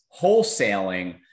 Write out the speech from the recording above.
wholesaling